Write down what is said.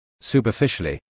Superficially